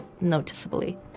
noticeably